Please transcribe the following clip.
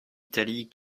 italie